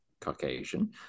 Caucasian